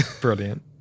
Brilliant